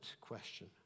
question